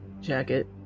jacket